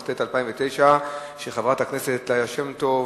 התשס"ט 2009, של חברת הכנסת ליה שמטוב.